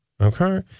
Okay